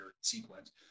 sequence